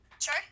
Sure